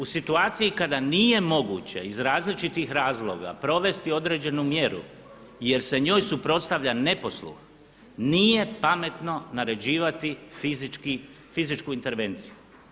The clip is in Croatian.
U situaciji kada nije moguće iz različitih razloga provesti određenu mjeru jer se njoj suprotstavlja neposluh nije pametno naređivati fizičku intervenciju.